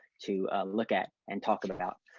to look at and talking about,